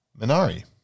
Minari